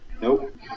Nope